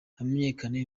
hamenyekane